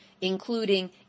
including